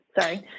sorry